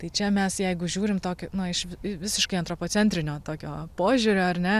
tai čia mes jeigu žiūrim tokio na iš vi visiškai antropocentrinio tokio požiūrio ar ne